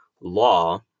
law